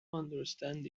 understand